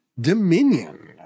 Dominion